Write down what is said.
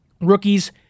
rookies